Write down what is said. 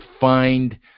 find